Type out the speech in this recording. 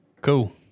Cool